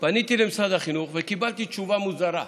פניתי למשרד החינוך וקיבלתי תשובה מוזרה.